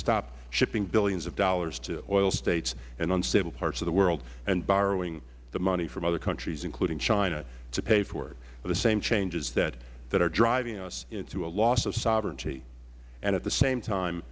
stop shipping billions of dollars to oil states and unstable parts of the world and borrowing the money from other countries including china to pay for it they are the same changes that are driving us into a loss of sovereignty and at the same